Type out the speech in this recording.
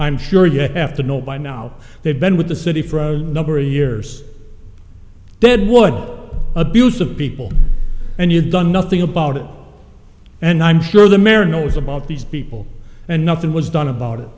i'm sure you have to know by now they've been with the city for a number of years deadwood abuse of people and you've done nothing about it and i'm sure the mare knows about these people and nothing was done about it